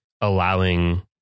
allowing